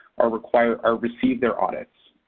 are required or receive their audits.